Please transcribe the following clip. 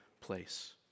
place